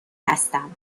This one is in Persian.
هستم